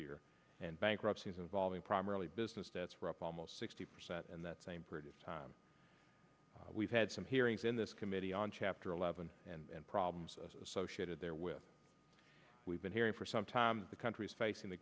year and bankruptcies involving primarily business that's right almost sixty percent and that same period of time we've had some hearings in this committee on chapter eleven and problems associated there with we've been hearing for some time the country is facing the